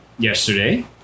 Yesterday